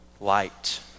light